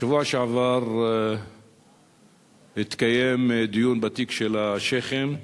בשבוע שעבר התקיים דיון בתיק של השיח'ים.